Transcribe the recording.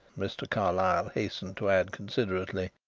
mr. carlyle hastened to add considerately,